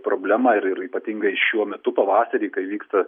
problemą ir ir ypatingai šiuo metu pavasarį kai vyksta